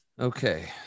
Okay